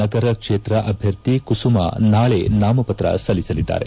ನಗರ ಕ್ಷೇತ್ರ ಅಭ್ಯರ್ಥಿ ಕುಸುಮ ನಾಳೆ ನಾಮಪತ್ರ ಸಲ್ಲಿಸಿದ್ದಾರೆ